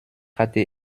hatte